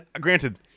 granted